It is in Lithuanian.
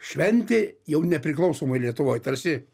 šventė jau nepriklausomoj lietuvoj tarsi